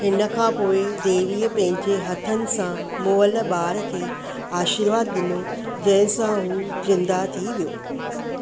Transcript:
हिन खां पोइ देवीअ पंहिंजे हथनि सां मुअल ॿार खे आशीर्वादु डि॒नो जंहिं सां उहो ज़िंदह थी वियो